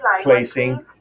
placing